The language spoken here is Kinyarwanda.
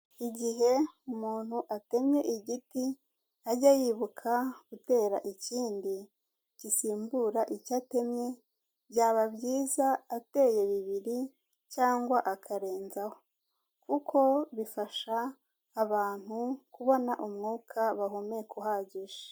Igihe umuntu atemye igiti ajye yibuka gutera ikindi gisimbura icyo atemye, byaba byiza ateye bibiri cyangwa akarenzaho kuko bifasha abantu kubona umwuka bahumeka uhagije.